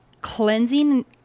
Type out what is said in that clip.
cleansing